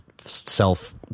self